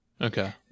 Okay